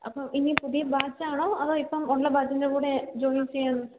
അപ്പം ഇനി പുതിയ ബാച്ചാണോ അതോ ഇപ്പം ഉള്ള ബാച്ചിൻ്റ കൂടെ ജോയിൻ ചെയ്യാൻ